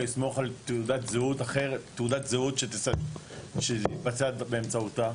לסמוך על תעודת זהות שזה יתבצע באמצעותה,